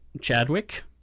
Chadwick